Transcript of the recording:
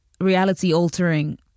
reality-altering